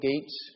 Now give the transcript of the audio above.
Gates